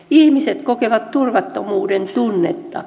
ihmiset kokevat turvattomuudentunnetta